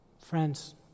Friends